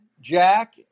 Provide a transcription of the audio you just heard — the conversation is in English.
Jack